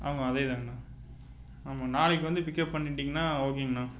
ஆமாம் அதேதானுங்கண்ணா ஆமாம் நாளைக்கு வந்து பிக்கப் பண்ணிட்டிங்கனா ஓகேங்கண்ணா